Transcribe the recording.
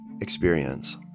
experience